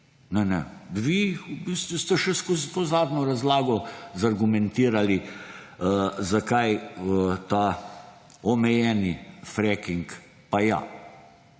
ne, ne, vi ste v bistvu še skozi to zadnjo razlago argumentirali, zakaj ta omejeni fracking pa ja.